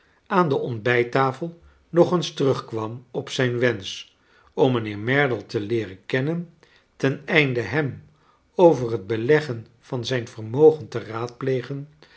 aan de ontbij ttafel nog eens terugkwam op zijn wensch om mijnheer merdle te leeren kennen ten einde hem over het beleggen van zijn vermogen te raadplegen